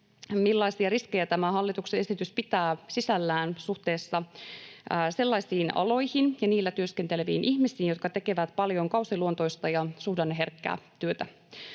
millaisia riskejä tämä hallituksen esitys pitää sisällään suhteessa sellaisiin aloihin — ja niillä työskenteleviin ihmisiin — joilla tehdään paljon kausiluontoista ja suhdanneherkkää työtä.